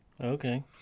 Okay